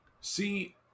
See